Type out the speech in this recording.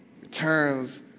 Returns